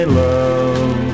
love